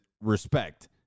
respect